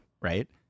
right